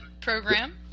program